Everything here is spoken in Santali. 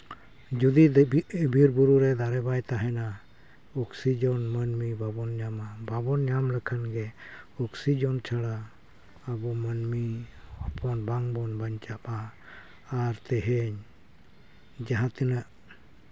ᱡᱩᱫᱤ ᱵᱤᱨ ᱵᱩᱨᱩᱨᱮ ᱫᱟᱨᱮ ᱵᱟᱭ ᱛᱟᱦᱮᱱᱟ ᱚᱠᱥᱤᱡᱮᱱ ᱢᱟᱹᱱᱢᱤ ᱵᱟᱵᱚᱱ ᱧᱟᱢᱟ ᱵᱟᱵᱚᱱ ᱧᱟᱢ ᱞᱮᱠᱷᱟᱱᱜᱮ ᱚᱠᱥᱤᱡᱮᱱ ᱪᱷᱟᱲᱟ ᱟᱵᱚ ᱢᱟᱹᱱᱢᱤ ᱦᱚᱯᱚᱱ ᱵᱟᱝᱵᱚᱱ ᱵᱟᱧᱪᱟᱜᱼᱟ ᱟᱨ ᱛᱮᱦᱮᱧ ᱡᱟᱦᱟᱸ ᱛᱤᱱᱟᱹᱜ